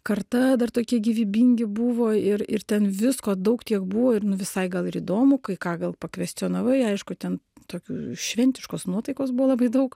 karta dar tokie gyvybingi buvo ir ir ten visko daug tiek buvo ir nu visai gal ir įdomu kai ką gal pakvescionavai aišku ten tokių šventiškos nuotaikos buvo labai daug